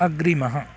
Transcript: अग्रिमः